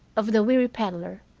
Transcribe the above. of the weary peddler,